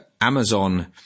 Amazon